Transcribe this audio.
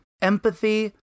empathy